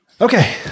Okay